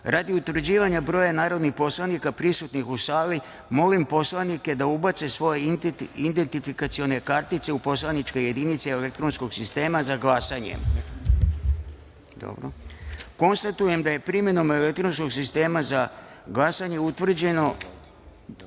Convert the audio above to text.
utvrđivanja broja narodnih poslanika prisutnih u sali, molim poslanike da ubace svoje identifikacione kartice u poslaničke jedinice elektronskog sistema za glasanje. Konstatujem da je primenom elektronskog sistema za glasanje utvrđeno